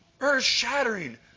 earth-shattering